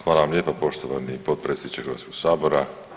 Hvala vam lijepa poštovani potpredsjedniče Hrvatskog sabora.